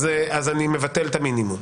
אז אני מבטל את המינימום.